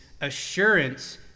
assurance